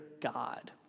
God